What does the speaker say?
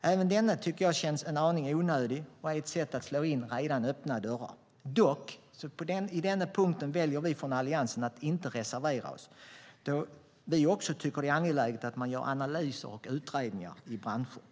Även detta känns en aning onödigt och är ett sätt att slå in redan öppna dörrar. På denna punkt väljer dock vi från Alliansen att inte reservera oss, då vi också tycker att det är angeläget att man gör analyser och utredningar i branschen.